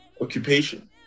occupation